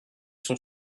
sont